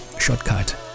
Shortcut